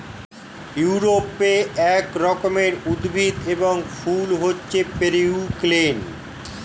ইউরোপে এক রকমের উদ্ভিদ এবং ফুল হচ্ছে পেরিউইঙ্কেল